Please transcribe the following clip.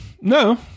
No